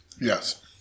Yes